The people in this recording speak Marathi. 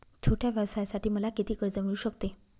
छोट्या व्यवसायासाठी मला किती कर्ज मिळू शकते?